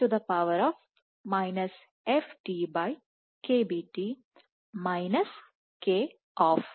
vk0Ce fdKBT koff